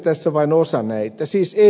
tässä vain osa näitä